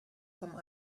some